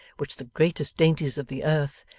which the greatest dainties of the earth,